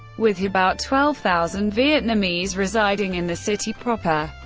with about twelve thousand vietnamese residing in the city proper,